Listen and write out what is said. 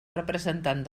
representant